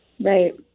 Right